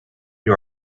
you